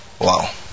Wow